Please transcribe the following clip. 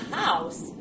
house